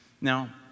Now